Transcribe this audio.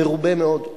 המרובה מאוד.